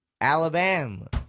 Alabama